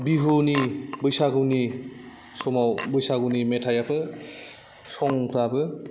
बिहुनि बैसागुनि समाव बैसागुनि मेथाइयाबो संफ्राबो